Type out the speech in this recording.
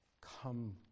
come